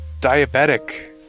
diabetic